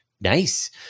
nice